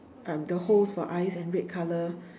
um the hole for eyes and red color